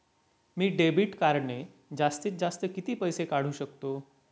मी debit कार्डने जास्तीत जास्त किती पैसे काढू शकतो?